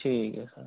ठीक है सर